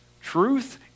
truth